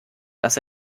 das